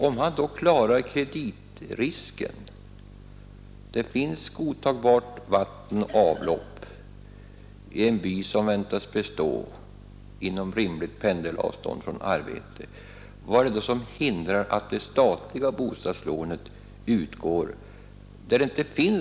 Om en person klarar kreditrisken, om det finns godtagbara vattenoch avloppsanläggningar i en by, som väntas bestå och som ligger inom rimligt pendelavstånd från arbetsplatser, vad är det då som hindrar att det statliga bostadslånet utgår?